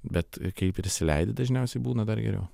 bet kai prisileidi dažniausiai būna dar geriau